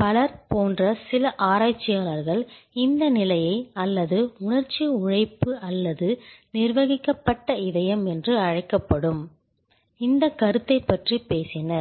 பலர் போன்ற சில ஆராய்ச்சியாளர்கள் இந்த நிலையை அல்லது உணர்ச்சி உழைப்பு அல்லது நிர்வகிக்கப்பட்ட இதயம் என்று அழைக்கப்படும் இந்த கருத்தைப் பற்றி பேசினர்